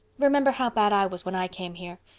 remember how bad i was when i came here.